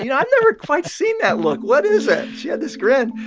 you know i've never quite seen that look. what it is that? she had this grin.